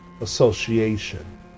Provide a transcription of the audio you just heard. association